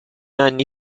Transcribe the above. anni